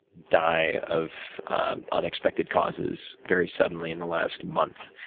die of unexpected causes very suddenly in the last month.